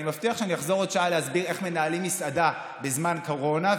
אני מבטיח שאני אחזור עוד שעה להסביר איך מנהלים מסעדה בזמן קורונה,